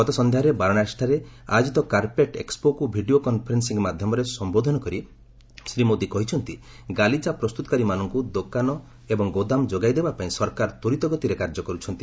ଗତ ସନ୍ଧ୍ୟାରେ ବାରଣାସୀଠାରେ ଆୟୋଜିତ କାର୍ପେଟ ଏକ୍ସପୋକୁ ଭିଡିଓ କନ୍ଫରେନ୍ସିଂ ମାଧ୍ୟମରେ ସମ୍ଭୋଧନ କରି ଶ୍ରୀ ମୋଦି କହିଛନ୍ତି ଗାଲିଚା ପ୍ରସ୍ତୁତକାରୀମାନଙ୍କୁ ଦୋକାନ ଏବଂ ଗୋଦାମ ଯୋଗାଇ ଦେବା ପାଇଁ ସରକାର ତ୍ୱରିତ ଗତିରେ କାର୍ଯ୍ୟ କରୁଛନ୍ତି